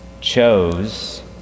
chose